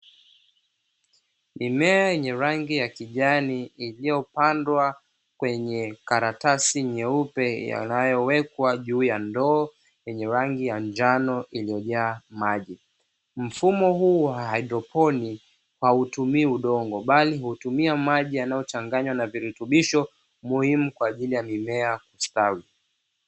Mimea yenye rangi ya kijani iliyopandwa kwenye karatasi nyeupe inayowekwa juu ya ndoo yenye rangi ya njano iliyojaa maji. Mfumo huu wa haidroponi hautumii udongo, bali hutumia maji yanayochanganywa na virutubisho muhimu kwa ajili ya mimea kustawi.